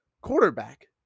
quarterback